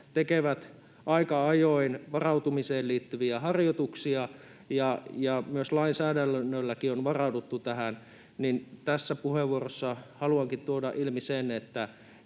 tekevät aika ajoin varautumiseen liittyviä harjoituksia, ja myös lainsäädännölläkin on varauduttu. Tässä puheenvuorossa haluankin tuoda ilmi sen, että